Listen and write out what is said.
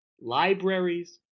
libraries